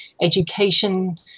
education